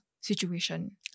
situation